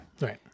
Right